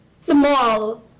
small